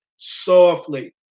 Softly